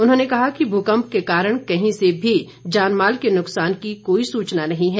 उन्होंने कहा कि भूकंप के कारण कहीं से भी जानमाल के नुकसान की कोई सूचना नहीं है